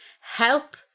help